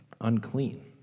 unclean